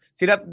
sila